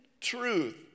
truth